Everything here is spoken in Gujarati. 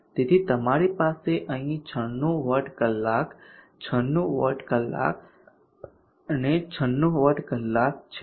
તેથી તમારી પાસે અહીં 96 વોટ કલાક 96 વોટ કલાક અને 96 વોટ કલાક છે